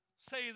say